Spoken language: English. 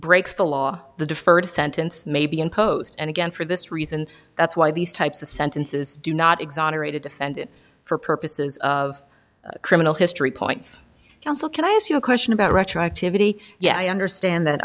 breaks the law the deferred sentence may be imposed and again for this reason that's why these types of sentences do not exonerated defendant for purposes of criminal history points counsel can i ask you a question about retroactivity yeah i understand